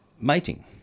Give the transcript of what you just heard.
mating